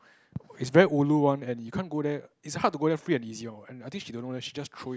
it's very ulu one and you can't go there it's a hard to go there free and easy or and I think she don't know then she just throw in